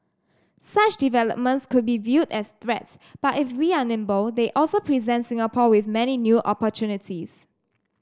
such developments could be viewed as threats but if we are nimble they also present Singapore with many new opportunities